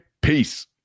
Peace